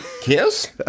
KISS